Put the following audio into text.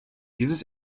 dieses